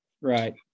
Right